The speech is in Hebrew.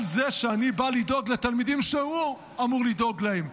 על זה שאני בא לדאוג לתלמידים שהוא אמור לדאוג להם.